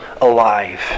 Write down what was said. alive